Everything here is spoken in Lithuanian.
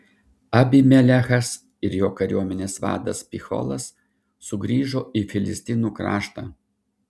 abimelechas ir jo kariuomenės vadas picholas sugrįžo į filistinų kraštą